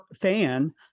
fan